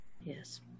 Yes